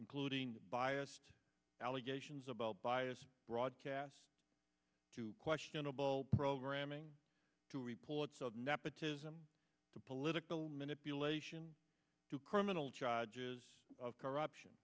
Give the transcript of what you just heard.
including biased allegations about bias broadcast to questionable programming to reports of nepotism to political manipulation to criminal charges of corruption